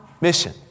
Mission